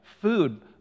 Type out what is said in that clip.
Food